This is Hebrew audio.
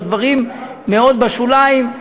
או דברים מאוד בשוליים.